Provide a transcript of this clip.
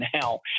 now